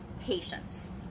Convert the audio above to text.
patience